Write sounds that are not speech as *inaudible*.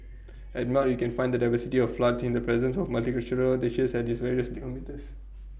at melt you can find the diversity of floods in the presence of multicultural dishes at this various *unintelligible*